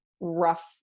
Rough